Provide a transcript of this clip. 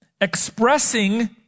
expressing